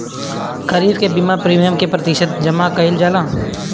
खरीफ के बीमा प्रमिएम क प्रतिशत जमा कयील जाला?